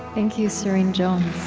thank you, serene jones